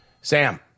Sam